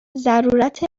ضرورت